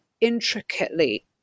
intricately